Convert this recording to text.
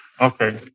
okay